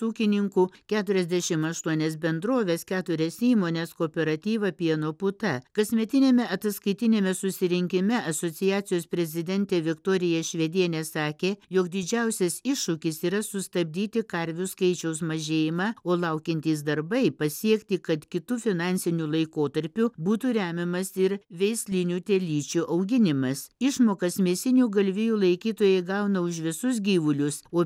ūkininkų keturiasdešim aštuonias bendroves keturias įmones kooperatyvą pieno puta kasmetiniame ataskaitiniame susirinkime asociacijos prezidentė viktorija švedienė sakė jog didžiausias iššūkis yra sustabdyti karvių skaičiaus mažėjimą o laukiantys darbai pasiekti kad kitu finansiniu laikotarpiu būtų remiamas ir veislinių telyčių auginimas išmokas mėsinių galvijų laikytojai gauna už visus gyvulius o